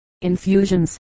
infusions